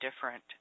different